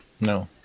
No